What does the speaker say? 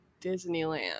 Disneyland